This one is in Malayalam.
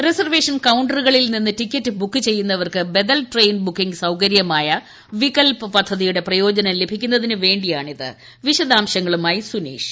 റിസർവേഷൻ കൌ റുകളിൽ നിന്ന് ടിക്കറ്റ് ബുക്ക് ചെയ്യുന്നവർക്ക് ബദൽ ട്രെയിൻ ബുക്കിംഗ് സൌകര്യമായ വികൽപ്പ് പദ്ധതിയുടെ പ്രയോജനം ലഭിക്കുന്നതിനുവേ വിശദാംശങ്ങളുമായി സുനീഷ്